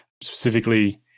specifically